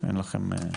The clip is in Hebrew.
אין לכם.